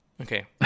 Okay